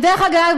ודרך אגב,